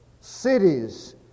cities